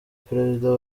perezida